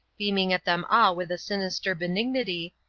beaming at them all with a sinister benignity,